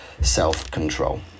self-control